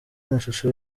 amashusho